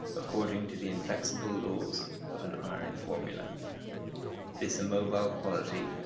according to the inflexible laws of an iron formula this immobile quality,